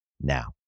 now